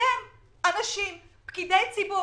אתם פקידי ציבור